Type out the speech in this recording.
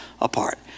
apart